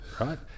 right